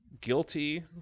guilty